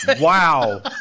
Wow